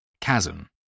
Chasm